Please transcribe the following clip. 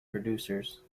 producers